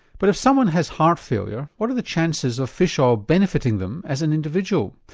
but if someone has heart failure what are the chances of fish oil benefiting them as an individual.